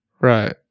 Right